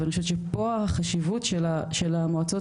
ואני חושבת שפה החשיבות של המועצות